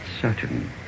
certain